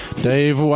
Dave